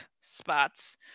spots